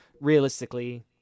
Realistically